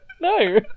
No